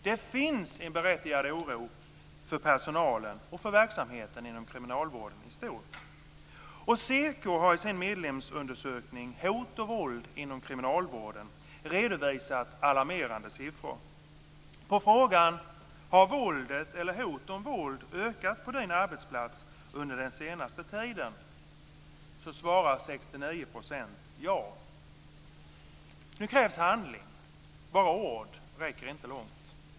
Det finns en berättigad oro för personalen och för verksamheten inom kriminalvården i stort. SEKO har i sin medlemsundersökning Hot och våld inom kriminalvården redovisat alarmerande siffror. På frågan om våldet eller hot om våld har ökat på deras arbetsplatser under den senaste tiden svarar Nu krävs handling - bara ord räcker inte långt.